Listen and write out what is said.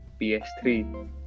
PS3